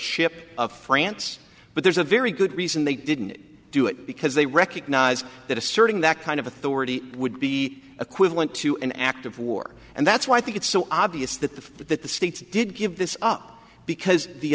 ship of france but there's a very good reason they didn't do it because they recognize that asserting that kind of authority would be equivalent to an act of war and that's why i think it's so obvious that the fact that the states did give this up because the